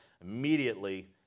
immediately